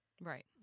Right